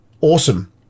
awesome